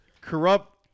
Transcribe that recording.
Corrupt